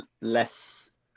less